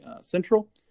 Central